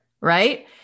Right